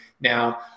now